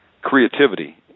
creativity